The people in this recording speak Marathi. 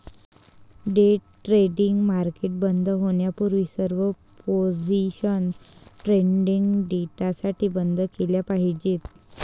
डे ट्रेडिंग मार्केट बंद होण्यापूर्वी सर्व पोझिशन्स ट्रेडिंग डेसाठी बंद केल्या पाहिजेत